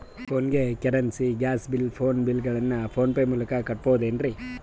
ಫೋನಿಗೆ currency, gas bill, phone bill ಗಳನ್ನು PhonePe ಮೂಲಕ ಕಟ್ಟಬಹುದೇನ್ರಿ?